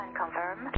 confirm